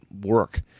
work